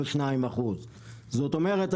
זאת אומרת,